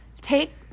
take